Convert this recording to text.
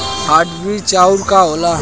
Hybrid चाउर का होला?